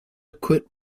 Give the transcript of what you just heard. quit